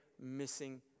missing